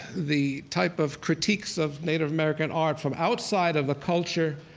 the type of critiques of native american art from outside of a culture,